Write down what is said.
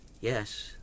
Yes